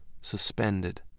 suspended